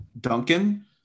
Duncan